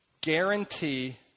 guarantee